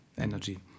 energy